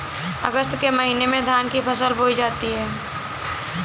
अगस्त के महीने में धान की फसल बोई जाती हैं